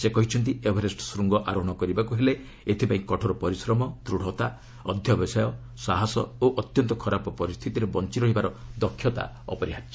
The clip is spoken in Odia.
ସେ କହିଛନ୍ତି ଏଭରେଷ୍ଟ ଶୂଙ୍ଗ ଆରୋହଣ କରିବାକୁ ହେଲେ ଏଥିପାଇଁ କଠୋର ପରିଶ୍ରମ ଦୃଢ଼ତା ଅଧ୍ୟବସାୟ ସାହସ ଓ ଅତ୍ୟନ୍ତ ଖରାପ ପରିସ୍ଥିତିରେ ବଞ୍ଚରହିବାର ଦକ୍ଷତା ଅପରିହାର୍ଯ୍ୟ